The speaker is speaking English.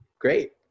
great